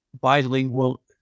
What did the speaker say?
bilingual